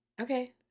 Okay